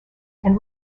and